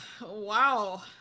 wow